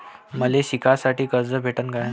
मले शिकासाठी कर्ज भेटन का?